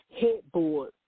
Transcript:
headboard